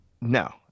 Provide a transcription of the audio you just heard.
No